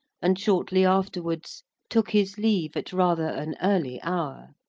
and shortly afterwards took his leave at rather an early hour.